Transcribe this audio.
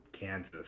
Kansas